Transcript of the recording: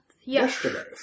Yesterday